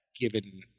given